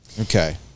okay